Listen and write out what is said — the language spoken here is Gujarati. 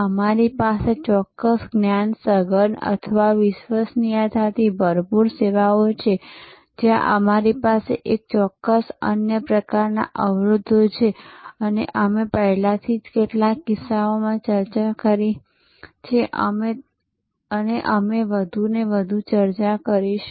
અમારી પાસે ચોક્કસ જ્ઞાન સઘન અથવા વિશ્વસનીયતાથી ભરપૂર સેવાઓ છે જ્યાં અમારી પાસે ચોક્કસ અન્ય પ્રકારના અવરોધો છે જેની અમે પહેલાથી જ કેટલાક કિસ્સાઓમાં ચર્ચા કરી છે અને અમે વધુને વધુ ચર્ચા કરીશું